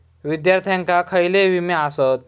विद्यार्थ्यांका खयले विमे आसत?